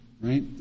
right